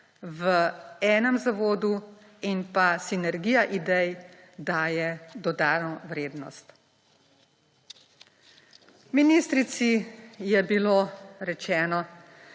v enem zavodu, in pa sinergija idej daje dodano vrednost. Ministrici je bilo rečeno,